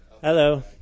Hello